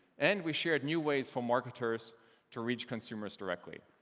and we shared new ways for marketers to reach consumers directly.